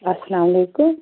اَسَلام علیکُم